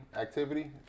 activity